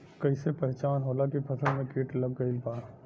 कैसे पहचान होला की फसल में कीट लग गईल बा?